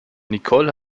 nicole